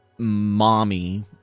mommy